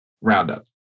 Roundup